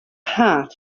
head